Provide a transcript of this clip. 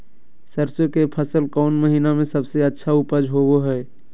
सरसों के फसल कौन महीना में सबसे अच्छा उपज होबो हय?